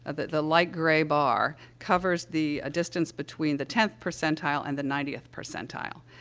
ah the the light gray bar, covers the, ah, distance between the tenth percentile and the ninetieth percentile,